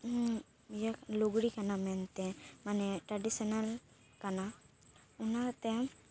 ᱤᱭᱟᱹ ᱞᱩᱜᱽᱲᱤ ᱠᱟᱱᱟ ᱢᱮᱱᱛᱮ ᱢᱟᱱᱮ ᱴᱮᱰᱤᱥᱮᱱᱟᱞ ᱠᱟᱱᱟ ᱚᱱᱟ ᱛᱮ